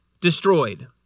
destroyed